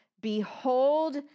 behold